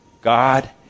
God